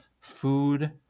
food